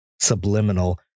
subliminal